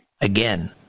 again